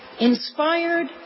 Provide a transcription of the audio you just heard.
inspired